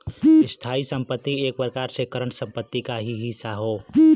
स्थायी संपत्ति एक प्रकार से करंट संपत्ति क ही हिस्सा हौ